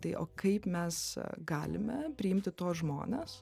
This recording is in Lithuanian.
tai o kaip mes galime priimti tuos žmones